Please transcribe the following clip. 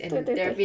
对对对